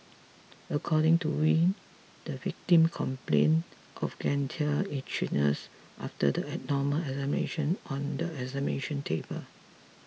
according to Wee the victim complain of genital itchiness after the abdominal examination on the examination table